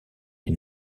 les